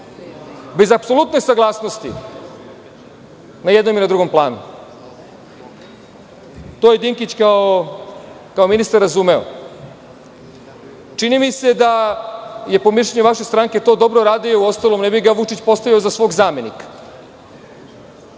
bez apsolutne saglasnosti na jednom i na drugom planu. To je Dinkić kao ministar razumeo. Čini mi se da je, po mišljenju vaše stranke, to dobro radio. Uostalom, ne bi ga Vučić postavio za svog zamenika.